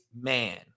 man